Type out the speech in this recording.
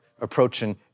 approaching